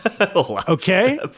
Okay